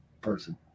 person